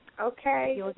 Okay